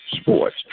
Sports